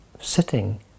sitting